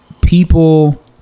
people